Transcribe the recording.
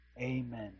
Amen